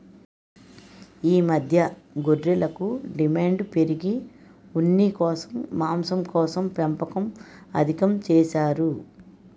ఈ మధ్య గొర్రెలకు డిమాండు పెరిగి ఉన్నికోసం, మాంసంకోసం పెంపకం అధికం చేసారు